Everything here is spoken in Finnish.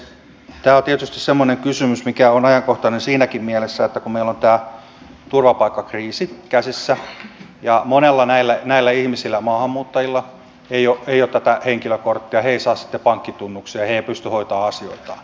tämä on tietysti semmoinen kysymys mikä on ajankohtainen siinäkin mielessä että kun meillä on tämä turvapaikkakriisi käsissä ja monilla ihmisillä maahanmuuttajilla ei ole tätä henkilökorttia he eivät saa sitten pankkitunnuksia he eivät pysty hoitamaan asioitaan